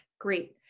Great